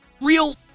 real